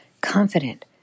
confident